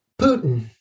Putin